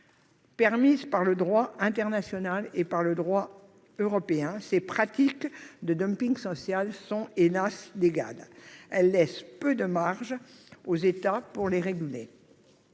Permises par le droit international et européen, ces pratiques de dumping social sont, hélas ! légales. Elles laissent peu de marges aux États pour les réguler.